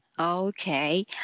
okay